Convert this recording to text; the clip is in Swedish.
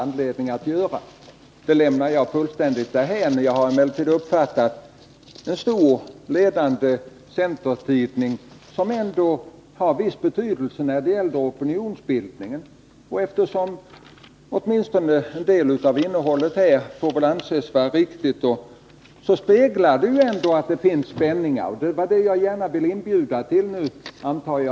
Artikeln i den nämnda tidningen, en tidning som för centern har stor betydelse när det gäller opinionsbildningen, får väl ändå anses spegla de spänningar som finns. Om dessa har jag velat inbjuda till debatt.